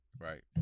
Right